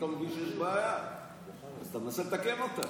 פתאום אתה מבין שיש בעיה, אז אתה מנסה לתקן אותה.